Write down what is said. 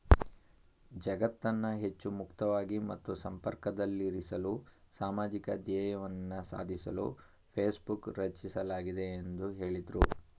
ಜಗತ್ತನ್ನ ಹೆಚ್ಚು ಮುಕ್ತವಾಗಿ ಮತ್ತು ಸಂಪರ್ಕದಲ್ಲಿರಿಸಲು ಸಾಮಾಜಿಕ ಧ್ಯೇಯವನ್ನ ಸಾಧಿಸಲು ಫೇಸ್ಬುಕ್ ರಚಿಸಲಾಗಿದೆ ಎಂದು ಹೇಳಿದ್ರು